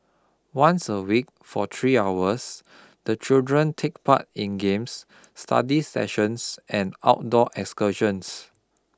once a week for three hours the children take part in games study sessions and outdoor excursions